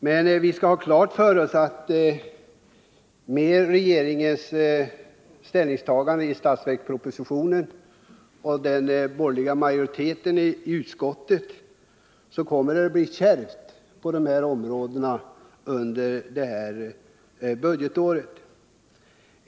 Men vi bör ha klart för oss att det, med regeringens ställningstagande i statsverkspropositionen och den borgerliga majoriteten i utskottet, kommer att bli kärvt på dessa områden under det här budgetåret.